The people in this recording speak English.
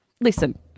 Listen